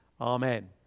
Amen